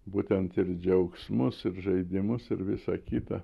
būtent ir džiaugsmus ir žaidimus ir visa kita